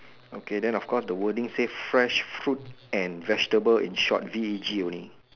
okay then of course the wording says fresh fruit and vegetable in short V E G only